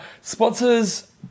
sponsors